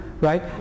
Right